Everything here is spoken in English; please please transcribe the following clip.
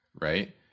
Right